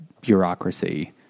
bureaucracy